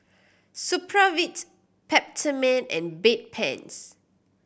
Supravit Peptamen and Bedpans